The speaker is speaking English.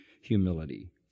humility